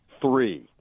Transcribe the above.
three